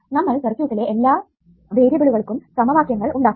നമ്മൾ സർക്യൂട്ടിലെ എല്ലാ വേരിയബിളുകൾക്കും സമവാക്യങ്ങൾ ഉണ്ടാക്കുന്നു